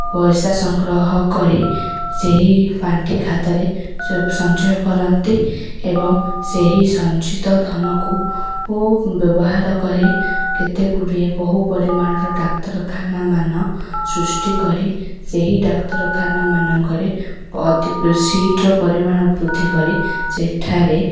ପଇସା ସଂଗ୍ରହ କରି ସେହି ପାଣ୍ଠି ଖାତାରେ ସଞ୍ଚୟ କରନ୍ତି ଏବଂ ସେହି ସଞ୍ଚିତ ଧନକୁ ବ୍ୟବହାର କରି କେତେଗୁଡ଼ିଏ ବହୁ ପରିମାଣର ଡାକ୍ତରଖାନାମାନ ସୃଷ୍ଟି କରି ସେହି ଡାକ୍ତରଖାନା ମାନଙ୍କରେ ସିଟ୍ର ପରିମାଣ ବୃଦ୍ଧି କରି ସେଠାରେ